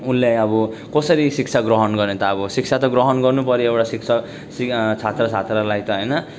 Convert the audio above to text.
उसले अब कसरी शिक्षा ग्रहण गर्ने त अब शिक्षा त ग्रहण गर्नु पऱ्यो एउटा शिक्षा त सि छात्र छात्रालाई त होइन